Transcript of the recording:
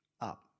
up